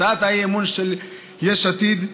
הצעת האי-אמון של יש עתיד,